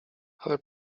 ale